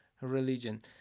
religion